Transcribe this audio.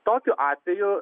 tokiu atveju